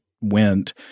went